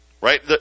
Right